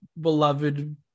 beloved